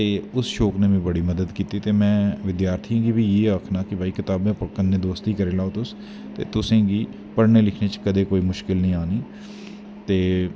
ते उस शौंक नै बड़ी मदद कीती ते में विधार्थियें गी बी इयै आक्खना कि किताबें कन्नै दोस्ती करी लैओ तुस ते तुसेंगी पढ़नें लिखनें च कदैं कोई मुश्कल नी आनी ते